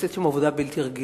נעשית שם עבודה בלתי רגילה.